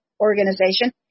Organization